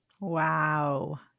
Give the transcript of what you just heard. Wow